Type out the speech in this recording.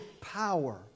power